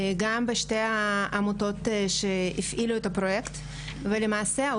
גם בשתי העמותות שהפעילו את הפרויקט ולמעשה,